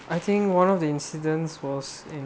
I think one of the incidents was in